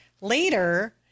Later